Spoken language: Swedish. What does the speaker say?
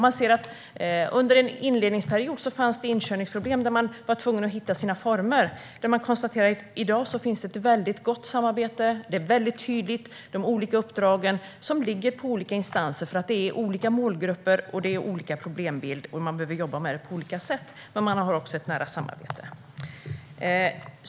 Man ser att under den inledande perioden fanns det inkörningsproblem när myndigheterna var tvungna att hitta sina former. Man konstaterar att i dag finns det ett gott samarbete. Det är väldigt tydliga uppdrag som ligger på olika instanser, för det är olika målgrupper och problembilder som de behöver jobba med på olika sätt. Men de har också ett nära samarbete.